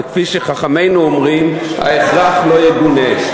וכפי שחכמינו אומרים: ההכרח לא יגונה.